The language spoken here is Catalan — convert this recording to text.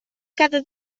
cada